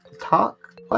talk